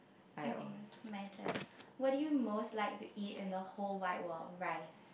okay my turn what do you most like to eat in the whole wide world rice